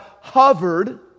hovered